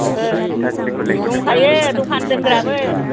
ओहो दंखायो दखान लोंग्राबो